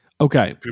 Okay